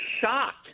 shocked